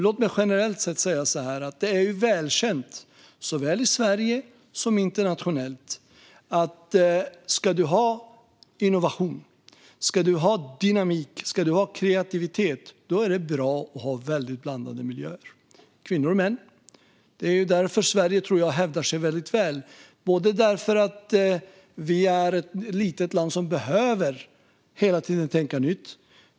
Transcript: Låt mig generellt sett säga så här: Det är välkänt, såväl i Sverige som internationellt, att om man ska ha innovation, dynamik och kreativitet är det bra att ha väldigt blandade miljöer med kvinnor och män. Det är därför Sverige, tror jag, hävdar sig väldigt väl. Sverige är ett litet land där vi hela tiden behöver tänka nytt.